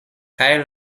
kaj